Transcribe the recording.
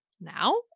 Now